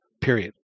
period